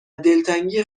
دلتنگی